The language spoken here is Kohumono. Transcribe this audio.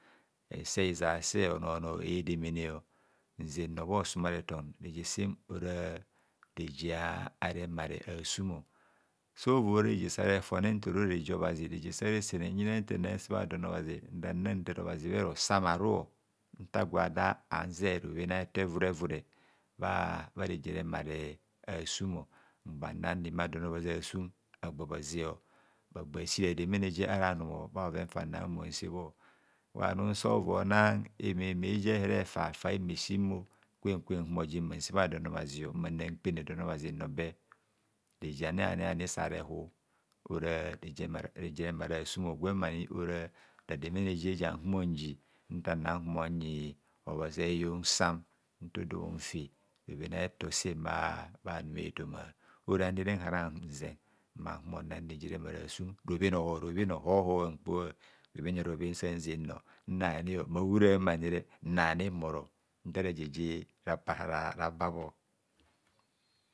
Ese hizase ononor edemene nzenne bha osumare fon reje sem ora rejea remare asum sovo ra reje sare fore nforora reje obhazi reje sa re sene nyina nta na se bha don obhazi nna ntar obazi bhero sanaru nta gwo ada anze robhen a'efo evure vure bha reje remare asummo mgbanan reme adon obhazi asum agba bhaze agba bha si redemene je ara num bha bhoven fanna nhumor nsebho gwa num so vo nar imimi je here fa fai mme si mo kwen kwen nhumor ji mmanse bha don obhazio nnakpene don obhazi nnobe reje aniaai sare hub ora reje remare asum gwem ani ora rademene je jam humo nji ntana humor nyi obhazi a'eyon san nto dun fi robhen a'eto sen bhanume toma. Oranire nhauanze or ribhen hoho ankpo robhen a'robhen san zenor nnani, ma bha urama nire nnami mboro nta raje je ra babho